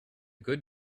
good